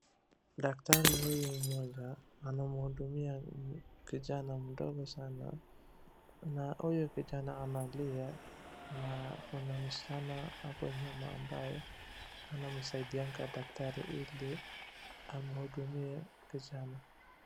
Daktari huyu mmoja anamhudumia kijana mdogo sana. Na huyu kijana analia na kuna msichana hapo nyuma ambaye anamsaidianga daktari ili amhudumie kijana.